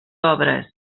obres